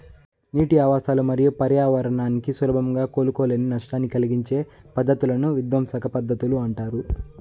నీటి ఆవాసాలు మరియు పర్యావరణానికి సులభంగా కోలుకోలేని నష్టాన్ని కలిగించే పద్ధతులను విధ్వంసక పద్ధతులు అంటారు